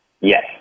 Yes